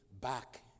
back